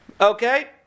Okay